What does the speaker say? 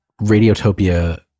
Radiotopia